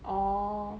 orh